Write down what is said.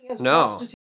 No